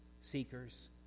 seekers